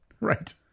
right